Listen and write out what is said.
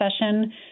session